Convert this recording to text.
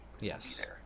Yes